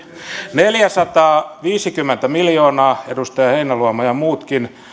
neljäsataaviisikymmentä miljoonaa edustaja heinäluoma ja muutkin